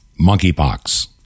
Monkeypox